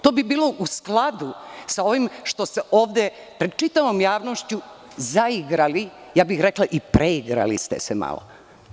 To bi bilo u skladu sa ovim što se ovde, pred čitavom javnošću zaigrali, rekla bih i preigrali ste se malo.